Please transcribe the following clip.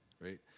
right